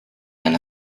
and